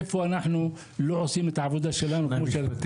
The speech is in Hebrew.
איפה אנחנו לא עושים את העבודה שלנו כמו שצריך.